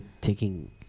taking